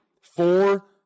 four